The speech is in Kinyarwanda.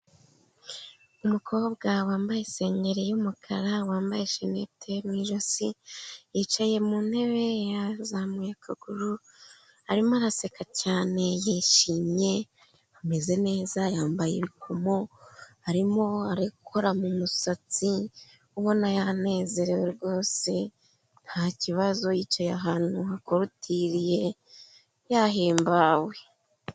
Umukobwa wambaye isengeri y'umukara, wambaye shenete mu ijosi yicaye mu ntebe yazamuye akaguru arimo araseka cyane yishimye ameze neza, yambaye ibikumo arimo akora mu musatsi ubona yanezerewe rwose, ntakibazo yicaye ahantu hakurutiriye yahimbawe.